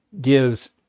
gives